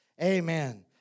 Amen